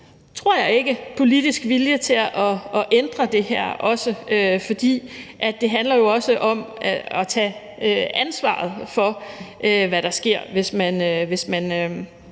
der har været politisk vilje til at ændre det her, fordi det jo også handler om at tage ansvaret for, hvad der sker, hvis man